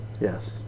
Yes